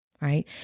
right